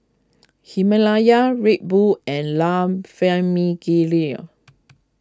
Himalaya Red Bull and La Famiglia